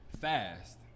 fast